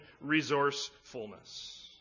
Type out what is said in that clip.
resourcefulness